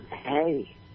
hey